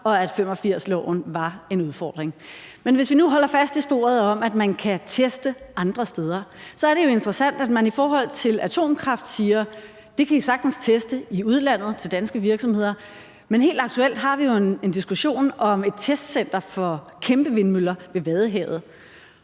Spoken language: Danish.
og 1985-loven var en udfordring. Men hvis vi nu holder fast i sporet om, at man kan teste andre steder, så er det jo interessant, at man i forhold til atomkraft siger til danske virksomheder: Det kan I sagtens teste i udlandet. Men helt aktuelt har vi jo en diskussion om et testcenter for kæmpevindmøller ved Vadehavet,